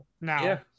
now